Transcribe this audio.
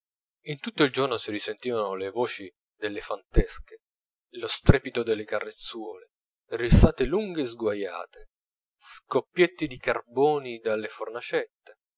in tutto il giorno si risentivano le voci delle fantesche lo strepito delle cazzeruole risate lunghe e sguaiate scoppiett di carboni dalle fornacette